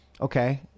okay